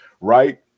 right